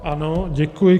Ano, děkuji.